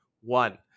One